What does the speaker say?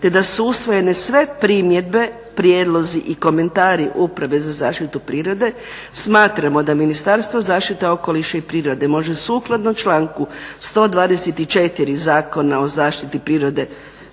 te da su usvojene sve primjedbe, prijedlozi i komentari uprave za zaštitu prirode. Smatramo da Ministarstvo zaštite okoliša i prirode može sukladno članku 124. Zakona o zaštiti prirode